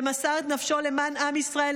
שמסר את נפשו למען עם ישראל,